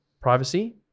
privacy